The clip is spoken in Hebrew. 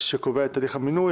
שקובע את הליך המינוי,